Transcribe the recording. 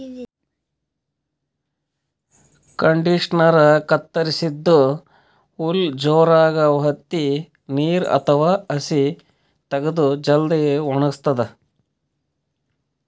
ಕಂಡಿಷನರಾ ಕತ್ತರಸಿದ್ದ್ ಹುಲ್ಲ್ ಜೋರಾಗ್ ವತ್ತಿ ನೀರ್ ಅಥವಾ ಹಸಿ ತಗದು ಜಲ್ದಿ ವಣಗಸ್ತದ್